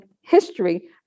history